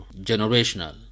generational